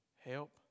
Help